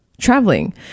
traveling